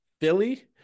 Philly